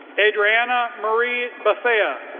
adrianna marie bethea,